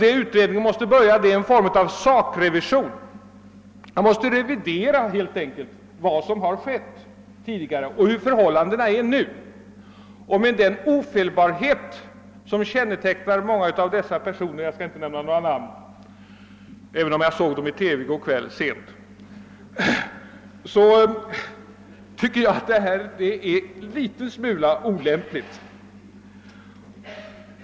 Vad utredningen måste göra är en form av sakrevision; man måste helt enkelt revidera tidigare och nuvarande verksamhet. Med den ofelbarhet som kännetecknar många av dessa chefer — jag skall inte nämna namn men jag såg dem sent i går kväll på TV — finner jag detta vara en smula olämpligt.